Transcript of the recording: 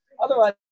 otherwise